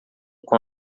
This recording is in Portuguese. com